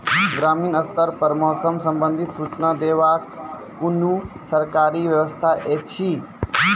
ग्रामीण स्तर पर मौसम संबंधित सूचना देवाक कुनू सरकारी व्यवस्था ऐछि?